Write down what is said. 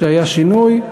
שהיה שינוי,